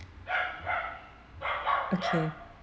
okay